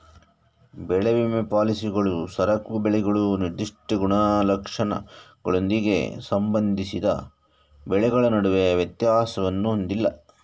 ಬೆಳೆ ವಿಮಾ ಪಾಲಿಸಿಗಳು ಸರಕು ಬೆಳೆಗಳು ನಿರ್ದಿಷ್ಟ ಗುಣಲಕ್ಷಣಗಳೊಂದಿಗೆ ಸಂಬಂಧಿಸಿದ ಬೆಳೆಗಳ ನಡುವೆ ವ್ಯತ್ಯಾಸವನ್ನು ಹೊಂದಿಲ್ಲ